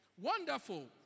Wonderful